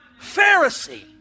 Pharisee